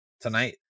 tonight